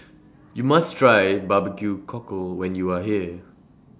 YOU must Try Barbecue Cockle when YOU Are here